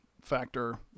factor